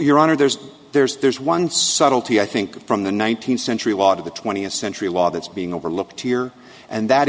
your honor there's there's there's one subtlety i think from the nineteenth century a lot of the twentieth century law that's being overlooked here and that